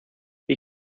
wie